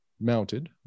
mounted